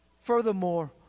Furthermore